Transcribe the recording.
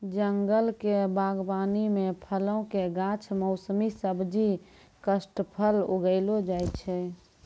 जंगल क बागबानी म फलो कॅ गाछ, मौसमी सब्जी, काष्ठफल उगैलो जाय छै